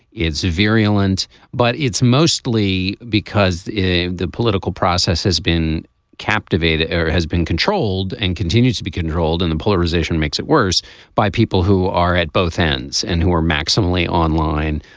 it's a virulent but it's mostly because in the political process has been captivated or has been controlled and continued to be controlled and the polarization makes it worse by people who are at both ends and who are maximally online.